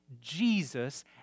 Jesus